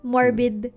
Morbid